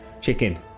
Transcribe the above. Chicken